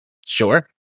Sure